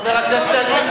חברי הכנסת אלדד,